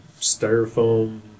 styrofoam